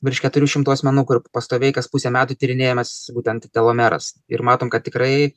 virš keturių šimtų asmenų kur pastoviai kas pusę metų tyrinėjam mes būtent telomeras ir matom kad tikrai